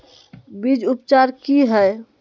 बीज उपचार कि हैय?